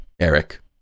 Eric